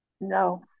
No